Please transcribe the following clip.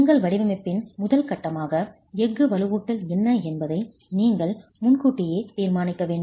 உங்கள் வடிவமைப்பின் முதல் கட்டமாக எஃகு வலுவூட்டல் என்ன என்பதை நீங்கள் முன்கூட்டியே தீர்மானிக்க வேண்டும்